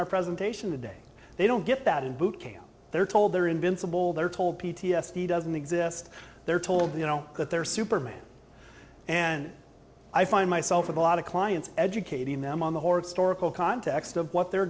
our presentation today they don't get that in boot camp they're told they're invincible they're told p t s d doesn't exist they're told you know that they're superman and i find myself with a lot of clients educating them on the horrid storable context of what they're